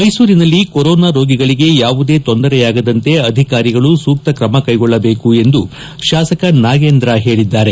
ಮೈಸೂರಿನಲ್ಲಿ ಕೊರೊನಾ ರೋಗಿಗಳಿಗೆ ಯಾವುದೇ ತೊಂದರೆಯಾಗದಂತೆ ಅಧಿಕಾರಿಗಳು ಸೂಕ್ತ ಕ್ರಮ ಕೈಗೊಳ್ಳಬೇಕು ಎಂದು ಶಾಸಕ ನಾಗೇಂದ್ರ ಹೇಳಿದ್ದಾರೆ